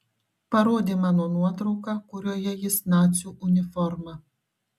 parodė mano nuotrauką kurioje jis nacių uniforma